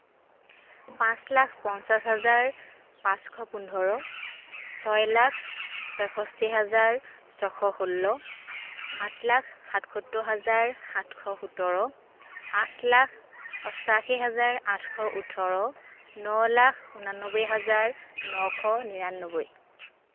পাঁচ লাখ পঞ্চাছ হাজাৰ পাঁচশ পোন্ধৰ ছয় লাখ ছয়ষষ্ঠি হাজাৰ ছশ ষোল্ল সাত লাখ সাতসত্তৰ হাজাৰ সাতশ সোতৰ আঠ লাখ অষ্টাশী হাজাৰ আঠশ ওঠৰ ন লাখ উনানব্বৈ হাজাৰ নশ নিৰানব্বৈ